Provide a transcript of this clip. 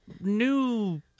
new